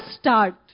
start